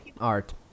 Art